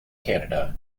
canada